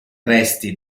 resti